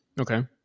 Okay